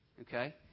Okay